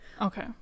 okay